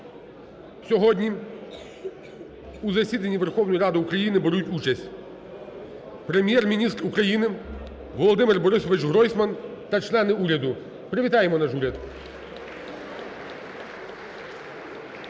Сьогодні у засіданні Верховної Ради України беруть участь: Прем'єр-міністр України Володимир Борисович Гройсман та члени уряду. Привітаємо наш уряд.